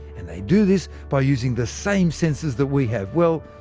and they do this by using the same senses that we have. well,